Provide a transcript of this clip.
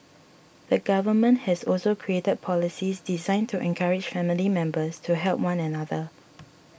the government has also created policies designed to encourage family members to help one another